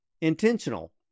intentional